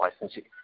license